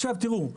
עכשיו תראו,